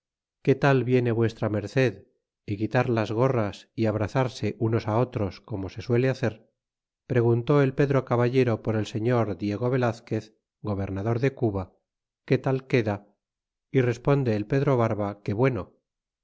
qué tal viene v merced y quitar las gorras y abrazarse unos á otros como se suele hacer preguntó el pedro caballero por el señor diego velazquez gobernador de cuba que tal queda y responde el pedro barba que bueno